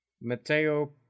Matteo